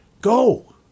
Go